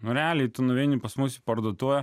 nu realiai tu nueini pas mus į parduotuvę